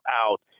out